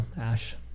Ash